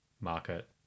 market